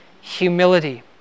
humility